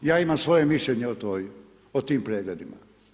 Ja imam svoje mišljenje o tim pregledima.